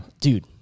dude